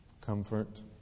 Comfort